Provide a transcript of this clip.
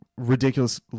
ridiculous